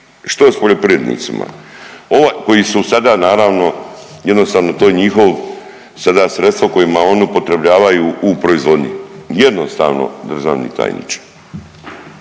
što je s poljoprivrednicima koji su sada naravno jednostavno to je njihovo sada sredstvo kojima oni upotrebljavaju u proizvodnju, jednostavno državni tajniče.